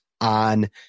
on